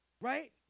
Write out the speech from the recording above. right